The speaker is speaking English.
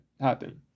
happen